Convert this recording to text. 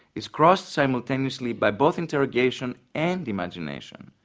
is crossed simultaneously by both interrogation and imagination.